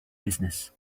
business